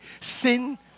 sin